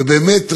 ובאמת,